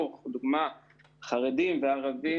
קודם כל הזכות של האדם ומה שיכול לעשות למשק,